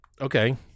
Okay